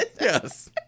Yes